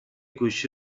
گوشی